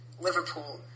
Liverpool